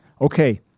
Okay